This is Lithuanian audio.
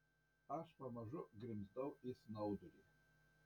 aš pamažu grimzdau į snaudulį